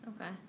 Okay